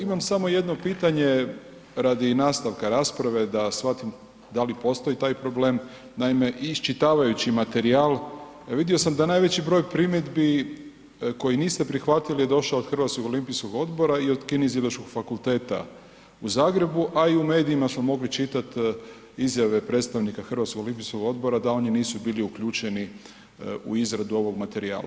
Imam samo jedno pitanje radi nastavka rasprave da shvatim da li postoji taj problem, naime isčitavajući materijal vidio sam da najveći broj primjedbi koje niste prihvatili je došao od Hrvatskog olimpijskog odbora i od Kineziološkog fakulteta u Zagrebu, a i u medijima smo mogli čitat izjave predstavnika Hrvatskog olimpijskog odbora da oni nisu bili uključeni u izradu ovog materijala.